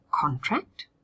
contract